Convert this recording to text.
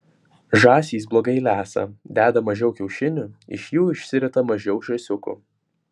žąsys blogai lesa deda mažiau kiaušinių iš jų išsirita mažiau žąsiukų